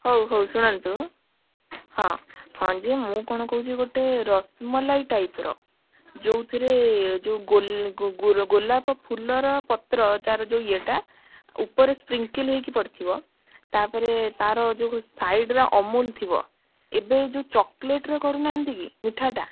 ହଉ ହଉ ଶୁଣନ୍ତୁ ହଁ ହଁ ଯେ ମୁଁ କଣ କହୁଛି ଗୋଟେ ରସମଲାଇ ଟାଇପ୍ର ଯେଉଁଥିରେ ଗୋଲାପ ଫୁଲର ପତ୍ର ତାର ଯେଉଁ ଇଏଟା ଉପରେ ସ୍ପ୍ରିଙ୍କିଲ୍ ହେଇକି ପଡ଼ିଥିବ ତାପରେ ତାର ଯେଉଁ ସାଇଡ଼ରେ ଅମୂଲ ଥିବ ଏବେ ଯେଉଁ ଚକୋଲେଟ୍ର କରୁନାହାନ୍ତି କି ମିଠାଟା